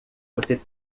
você